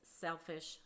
selfish